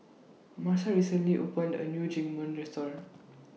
Massa recently opened A New Restaurant